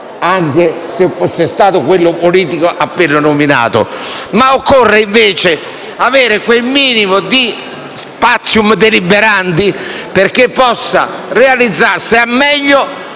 anche se si fosse trattato di quello politico appena nominato. Occorre, invece, avere quel minimo di *spatium deliberandi* perché possa realizzarsi al meglio